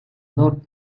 lord